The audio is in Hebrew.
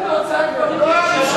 חברי הכנסת